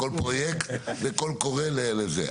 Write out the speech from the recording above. וכל פרויקט וקול קורא לזה.